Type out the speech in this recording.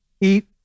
eat